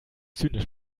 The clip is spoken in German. zynisch